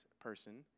person